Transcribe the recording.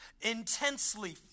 intensely